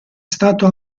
stato